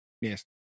yes